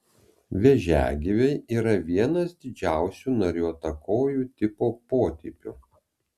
vėžiagyviai yra vienas didžiausių nariuotakojų tipo potipių